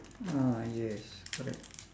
ah yes correct